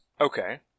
Okay